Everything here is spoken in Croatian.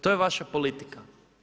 To je vaša politika.